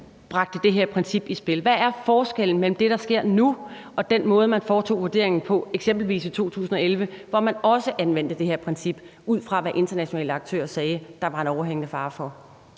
Hvad er forskellen mellem det, der sker nu, og den måde, man foretog vurderingen på, eksempelvis i 2011, hvor man også anvendte det her princip ud fra, hvad internationale aktører sagde der var en overhængende fare for?